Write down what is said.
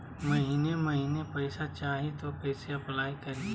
महीने महीने पैसा चाही, तो कैसे अप्लाई करिए?